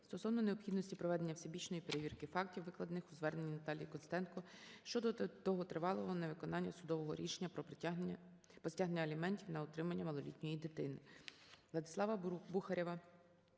стосовно необхідності проведення всебічної перевірки фактів, викладених у зверненні Наталії Костенко, щодо довготривалого невиконання судового рішення про стягнення аліментів на утримання малолітньої дитини.